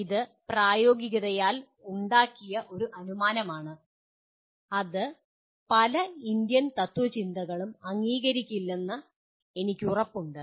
ഇത് പ്രായോഗികതയാൽ ഉണ്ടാക്കിയ ഒരു അനുമാനമാണ് അത് പല ഇന്ത്യൻ തത്ത്വചിന്തകളും അംഗീകരിക്കില്ലെന്ന് എനിക്ക് ഉറപ്പുണ്ട്